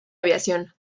aviación